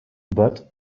but